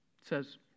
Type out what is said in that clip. says